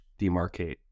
demarcate